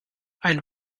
ein